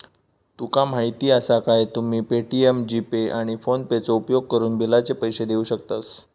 तुका माहीती आसा काय, तुम्ही पे.टी.एम, जी.पे, आणि फोनेपेचो उपयोगकरून बिलाचे पैसे देऊ शकतास